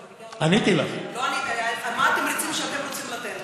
לא ענית לי על מה התמריצים שאתם רוצים לתת.